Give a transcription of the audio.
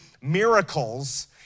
miracles